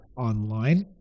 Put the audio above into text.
online